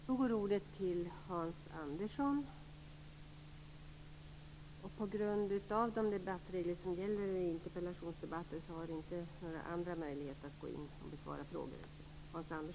Nu går ordet till Hans Andersson. På grund av gällande regler för interpellationsdebatter finns det inte några andra möjligheter att gå in och besvara frågor.